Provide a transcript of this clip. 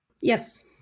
Yes